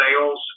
sales